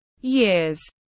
years